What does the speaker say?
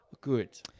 Good